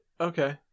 Okay